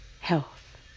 health